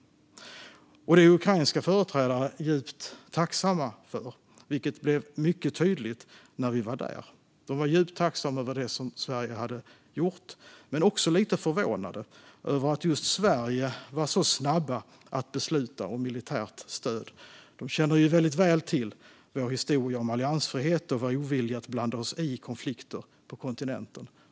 Ukrainska företrädare är djupt tacksamma för detta, vilket blev mycket tydligt när vi var där. De var djupt tacksamma för det Sverige hade gjort - men också lite förvånade över att just Sverige var så snabba med att besluta om militärt stöd. De känner ju väl till vår historia av alliansfrihet och ovilja att blanda oss i konflikter på kontinenten.